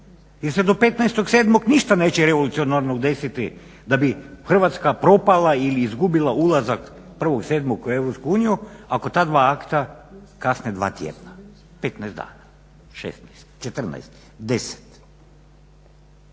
se do 15.7.ništa neće revolucionarnog desiti da bi Hrvatska propala ili izgubila ulazak 1.7.u EU ako ta dva akta kasne dva tjedna, 15 dana, 16, 14, 10.